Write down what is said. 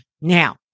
Now